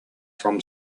from